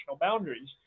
boundaries